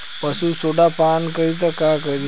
पशु सोडा पान करी त का करी?